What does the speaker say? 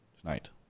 tonight